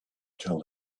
tell